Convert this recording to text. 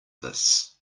this